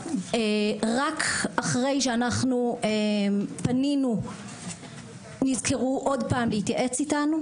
הרבה יותר טוב היה אם היתה תוכנית והיינו יכולים להתמודד איתה.